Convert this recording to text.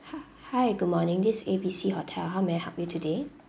h~ hi good morning this is A B C hotel how may I help you today